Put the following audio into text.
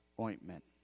ointment